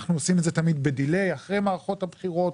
אנחנו עושים את זה תמיד בדיליי אחרי מערכות הבחירות,